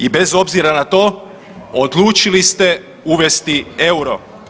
I bez obzira na to odlučili ste uvesti EUR-o.